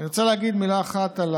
אני רוצה להגיד מילה אחת גם על